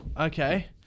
Okay